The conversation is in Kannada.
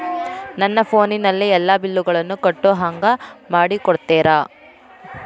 ನನ್ನ ಫೋನಿನಲ್ಲೇ ಎಲ್ಲಾ ಬಿಲ್ಲುಗಳನ್ನೂ ಕಟ್ಟೋ ಹಂಗ ಮಾಡಿಕೊಡ್ತೇರಾ?